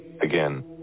again